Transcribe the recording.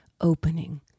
opening